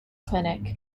clinic